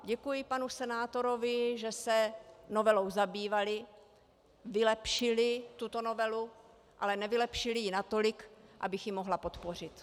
Děkuji panu senátorovi, že se novelou zabývali, vylepšili tuto novelu, ale nevylepšili ji natolik, abych ji mohla podpořit.